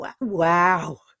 Wow